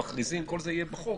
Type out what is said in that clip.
מכריזים כל זה יהיה בחוק,